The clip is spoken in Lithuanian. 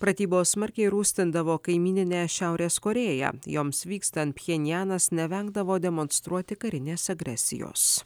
pratybos smarkiai rūstindavo kaimyninę šiaurės korėją joms vykstant pchenjanas nevengdavo demonstruoti karinės agresijos